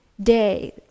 day